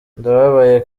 ndababaye